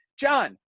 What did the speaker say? John